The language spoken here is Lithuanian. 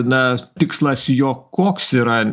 na tikslas jo koks yra